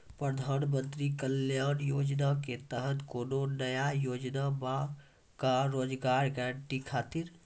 प्रधानमंत्री कल्याण योजना के तहत कोनो नया योजना बा का रोजगार गारंटी खातिर?